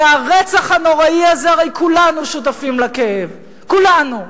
והרצח הנוראי הזה, הרי כולנו שותפים לכאב, כולנו,